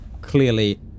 clearly